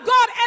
God